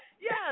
Yes